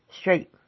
straight